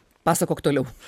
pasakok toliau